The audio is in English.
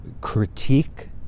critique